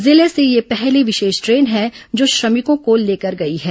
जिले से यह पहली विशेष ट्रेन है जो श्रमिकों को लेकर गई है